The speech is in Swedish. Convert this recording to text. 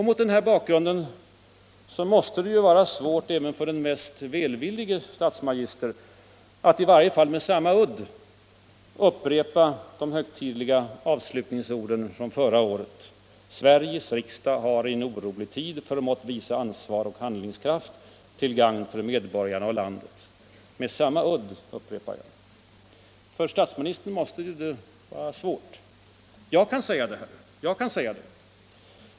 Mot den bakgrunden måste det ju vara svårt även för den mest välvillige statsmagister att — i varje fall med samma udd — upprepa avslutningsorden från förra året: ”Sveriges riksdag har i en orolig tid förmått visa ansvar och handlingskraft till gagn för medborgarna och landet.” För statsministern måste detta vara svårt. Jag kan säga detta.